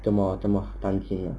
这么这么担心